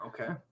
Okay